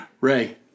Ray